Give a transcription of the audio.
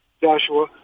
Joshua